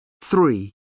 Three